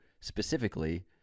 specifically